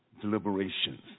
deliberations